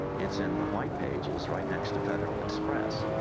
it's in the white pages, right next to federal express.